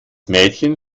mädchen